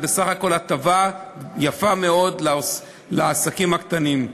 זו בסך הכול הטבה יפה מאוד לעסקים הקטנים.